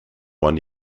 one